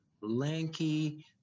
lanky